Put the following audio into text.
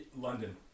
London